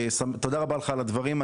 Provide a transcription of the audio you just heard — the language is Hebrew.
תודה רבה לך על הדברים,